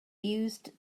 used